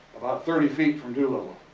thirty feet from doolittle.